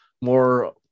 More